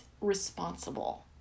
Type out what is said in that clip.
responsible